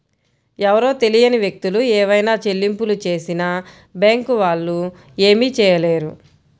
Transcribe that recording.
ఎవరో తెలియని వ్యక్తులు ఏవైనా చెల్లింపులు చేసినా బ్యేంకు వాళ్ళు ఏమీ చేయలేరు